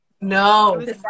no